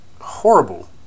horrible